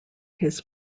his